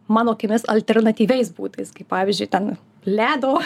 mano akimis alternatyviais būdais kaip pavyzdžiui ten ledo